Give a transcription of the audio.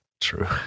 True